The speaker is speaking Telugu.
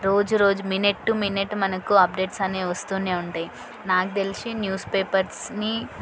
రోజు రోజు మినిట్ టు మినిట్ మనకు అప్డేట్స్ అనేవి వస్తూనే ఉంటాయి నాకు తెలిసి న్యూస్ పేపర్స్ని